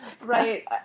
Right